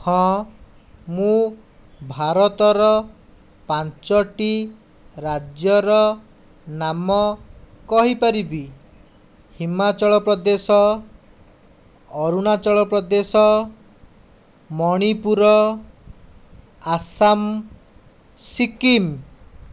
ହଁ ମୁଁ ଭାରତର ପାଞ୍ଚଟି ରାଜ୍ୟର ନାମ କହିପାରିବି ହିମାଚଳପ୍ରଦେଶ ଅରୁଣାଚଳପ୍ରଦେଶ ମଣିପୁର ଆସାମ ସିକ୍କିମ